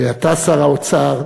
ואתה, שר האוצר,